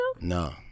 No